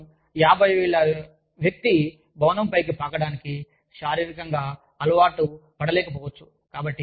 నా ఉద్దేశ్యం 50 ఏళ్ల వ్యక్తి భవనం పైకి పాకడానికి శారీరకంగా అలవాటు పడలేకపోవచ్చు